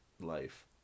life